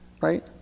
right